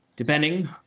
Depending